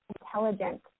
intelligent